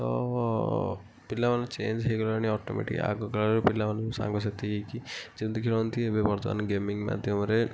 ଓ ପିଲା ମାନେ ଚେଞ୍ଜ୍ ହୋଇଗଲେଣି ଅଟୋମେଟିକ୍ ଆଗକାଳରେ ପିଲାମାନଙ୍କୁ ସାଙ୍ଗ ସାଥୀ ହୋଇକି ଯେମିତି ଖେଳନ୍ତି ଏବେ ବର୍ତ୍ତମାନ ଗେମିଙ୍ଗ୍ ମାଧ୍ୟମରେ